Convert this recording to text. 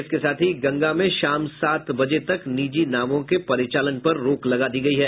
इसके साथ ही गंगा में शाम सात बजे तक निजी नावों के परिचालन पर रोक लगा दिया गया है